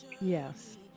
Yes